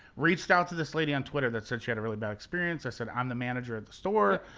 reached out to this lady on twitter that said she had a really bad experience. i said, i'm the manager of the store.